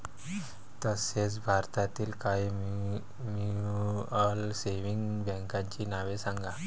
तसेच भारतातील काही म्युच्युअल सेव्हिंग बँकांची नावे सांगा